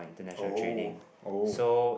oh oh